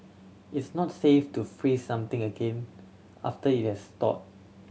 it's not safe to freeze something again after it has thawed